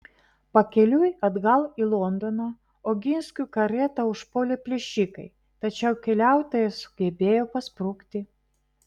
pakeliui atgal į londoną oginskių karietą užpuolė plėšikai tačiau keliautojai sugebėjo pasprukti